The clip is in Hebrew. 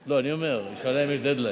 לא, אני אומר, היא שאלה אם יש "דד-ליין";